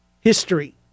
history